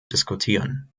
diskutieren